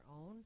own